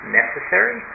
necessary